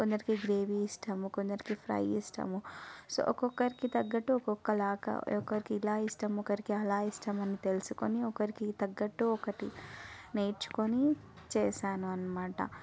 కొందరికి గ్రేవీ ఇష్టం కొందరికి ఫ్రై ఇష్టం సో ఒక్కొక్కరికీ తగ్గట్టు ఒక్కొక్కలాగా ఒకరికి ఇలా ఇష్టం ఒకరికి అలా ఇష్టం అని తెలుసుకొని ఒకరికి తగ్గట్టు ఒకటి నేర్చుకొని చేసాను అన్నమాట